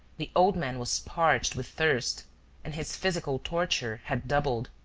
the old man was parched with thirst and his physical torture had doubled.